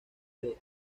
les